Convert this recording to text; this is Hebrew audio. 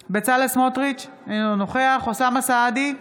אינו נוכח אוסאמה סעדי,